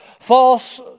false